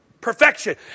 perfection